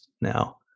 now